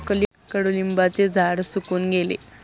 कडुलिंबाचे झाड सुकून गेले